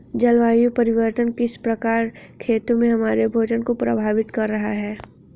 जलवायु परिवर्तन किस प्रकार खेतों और हमारे भोजन को प्रभावित कर रहा है?